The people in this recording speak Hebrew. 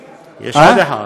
יש עוד אחת,